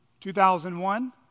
2001